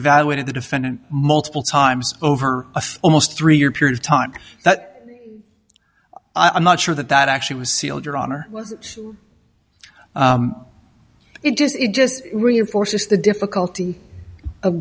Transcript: evaluated the defendant multiple times over a almost three year period of time that i'm not sure that that actually was sealed your honor it does it just reinforces the difficulty of